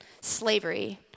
Slavery